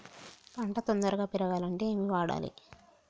పంట తొందరగా పెరగాలంటే ఏమి వాడాలి?